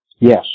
Yes